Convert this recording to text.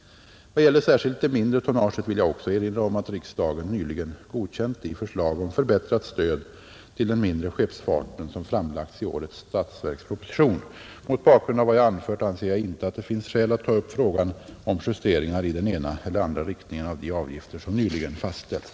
Vad gäller särskilt det mindre tonnaget vill jag också erinra om att riksdagen nyligen godkänt de förslag om förbättrat stöd till den mindre skeppsfarten som framlagts i årets statsverksproposition. Mot bakgrund av vad jag anfört anser jag inte att det finns skäl att ta upp frågan om justeringar i den ena eller andra riktningen av de avgifter som nyligen fastställts.